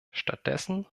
stattdessen